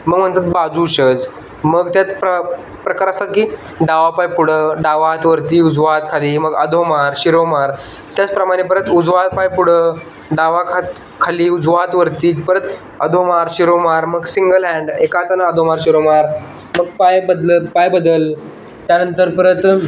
मग म्हणतात बाजूशज मग त्यात प्र प्रकार असतात की डावा पाय पुढं डावा हात वरती उजवा हात खाली मग आधोमार शिरोमार त्याचप्रमाणे परत उजवा पाय पुढं डावा खात खाली उजवा हात वरती परत अधोमार शिरोमार मग सिंगल हॅन्ड एका हातानं आधोमार शिरोमार मग पाय बदलत पाय बदल त्यानंतर परत